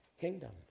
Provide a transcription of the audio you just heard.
kingdom